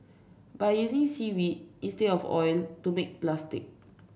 by using seaweed instead of oil to make plastic